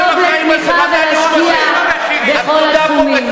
ולדאוג לצמיחה ולהשקיע בכל התחומים.